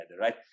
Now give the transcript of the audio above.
right